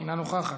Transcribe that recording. אינה נוכחת,